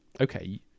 okay